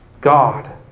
God